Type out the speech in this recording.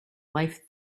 life